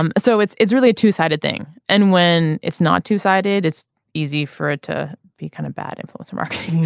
um so it's it's really a two sided thing and when it's not two sided it's easy for it to be kind of bad influence marketing.